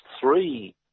three